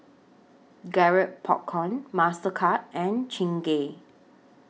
Garrett Popcorn Mastercard and Chingay